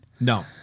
No